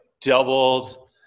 doubled